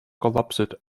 collapsed